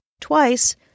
twice